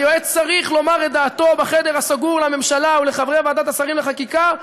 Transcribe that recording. היועץ צריך לומר את דעתו בחדר הסגור לממשלה ולחברי ועדת השרים לחקיקה,